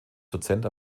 dozent